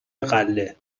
غله